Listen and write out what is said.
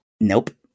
Nope